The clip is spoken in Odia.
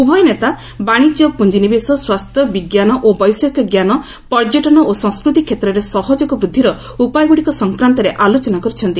ଉଭୟ ନେତା ବାଣିଜ୍ୟ ପୁଞ୍ଜିନିବେଶ ସ୍ୱାସ୍ଥ୍ୟ ବିଜ୍ଞାନ ଓ ବୈଷୟିକଜ୍ଞାନ ପର୍ଯ୍ୟଟନ ଓ ସଂସ୍କୃତି କ୍ଷେତ୍ରରେ ସହଯୋଗ ବୃଦ୍ଧିର ଉପାୟଗୁଡିକ ସଂକ୍ରାନ୍ତରେ ଆଲୋଚନା କରିଛନ୍ତି